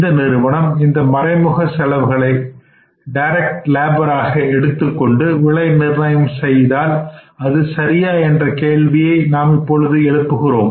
இந்த நிறுவனம் இந்த மறைமுக செலவுகளை டைரக்ட் லேபர் ஆக எடுத்துக்கொண்டு விலை நிர்ணயம் செய்தால் அது சரியா என்ற கேள்வியை எழுப்பி உள்ளேன்